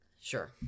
Sure